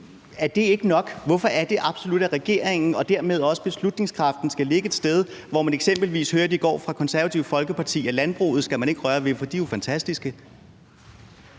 Er det ikke nok? Hvorfor er det, at regeringen og dermed også beslutningskraften absolut skal ligge et sted, hvor man eksempelvis i går hørte fra Det Konservative Folkeparti, at landbruget skal man ikke røre ved, for de er jo fantastiske?